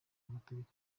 amategeko